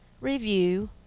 review